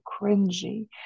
cringy